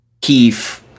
Keith